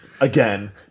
again